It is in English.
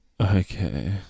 okay